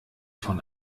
von